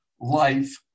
life